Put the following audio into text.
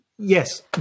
Yes